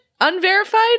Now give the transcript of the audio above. unverified